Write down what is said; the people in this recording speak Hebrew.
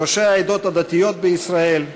ראשי העדות הדתיות בישראל,